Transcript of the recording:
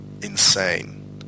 insane